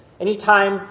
Anytime